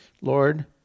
Lord